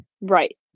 right